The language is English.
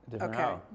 Okay